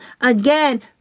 again